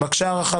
התבקשה הארכה,